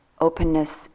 openness